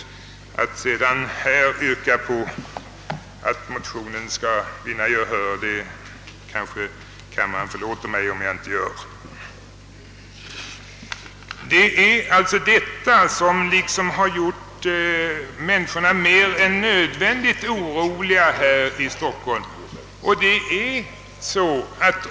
Kammaren kanske förlåter mig att jag inte här yrkade att dessa motioner skulle vinna gehör. Det är alltså detta som har gjort människorna mer än nödvändigt oroliga här i Stockholm.